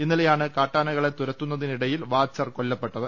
ഇന്നലെയാണ് കാട്ടാനകളെ തുരത്തുന്നതിനി ടയിൽ വാച്ചർ കൊല്ലപ്പെട്ടത്